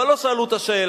אבל לא שאלו את השאלה.